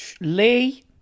Lee